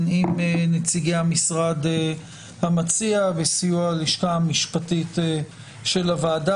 עם נציגי המשרד המציע בסיוע הלשכה המשפטית של הוועדה,